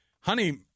honey